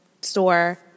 store